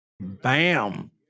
Bam